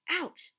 ouch